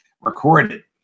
recorded